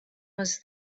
was